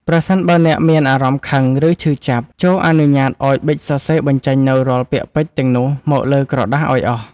ប្រសិនបើអ្នកមានអារម្មណ៍ខឹង ឬឈឺចាប់ ចូរអនុញ្ញាតឱ្យប៊ិចសរសេរបញ្ចេញនូវរាល់ពាក្យពេចន៍ទាំងនោះមកលើក្រដាសឱ្យអស់។